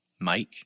Mike